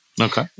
Okay